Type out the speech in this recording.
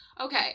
Okay